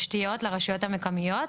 יבשתיות לרשויות המקומיות.